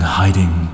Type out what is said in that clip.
hiding